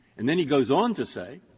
and then he goes on to say,